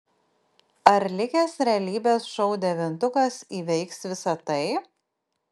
ar likęs realybės šou devintukas įveiks visa tai